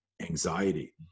anxiety